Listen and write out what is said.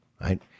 Right